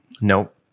Nope